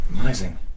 Amazing